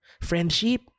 Friendship